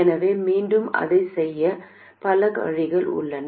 எனவே மீண்டும் இதைச் செய்ய பல வழிகள் உள்ளன